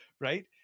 right